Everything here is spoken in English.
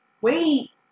Wait